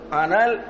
anal